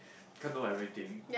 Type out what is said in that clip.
can't know everything